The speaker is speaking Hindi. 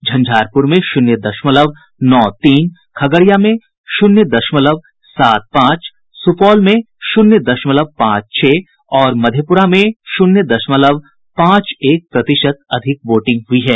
झंझारपुर में शून्य दशमलव नौ तीन खगड़िया में शून्य दशमलव सात पांच सुपौल में शून्य दशमलव पांच छह और मधेपुरा में शून्य दशमलव पांच एक प्रतिशत अधिक वोटिंग हुई है